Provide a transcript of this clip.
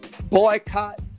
boycott